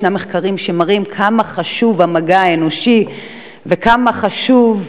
ישנם מחקרים שמראים כמה חשוב המגע האנושי וכמה חשוב,